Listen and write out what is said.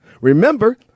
Remember